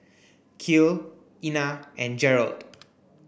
Kiel Ena and Jerrold